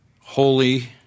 holy